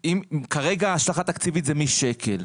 כרגע, השלכה תקציבית היא משקל.